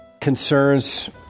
concerns